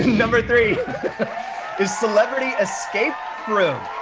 number three is celebrity escape room.